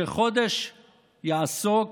שחודש יעסקו